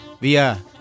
via